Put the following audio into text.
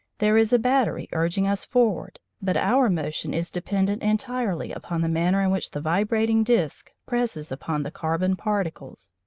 there is a battery urging us forward, but our motion is dependent entirely upon the manner in which the vibrating disc presses upon the carbon particles.